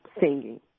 singing